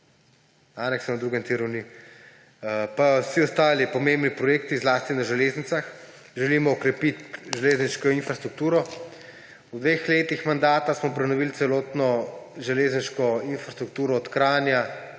Aneksov na drugem tiru ni. Pa vsi ostali pomembni projekti, zlasti na železnicah. Želimo okrepiti železniško infrastrukturo. V dveh letih mandata smo prenovili celotno železniško infrastrukturo od Kranja